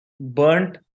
burnt